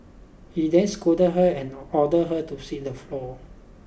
he then scolded her and ordered her to sweep the floor